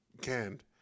canned